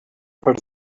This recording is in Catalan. per